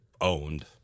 owned